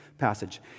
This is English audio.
Passage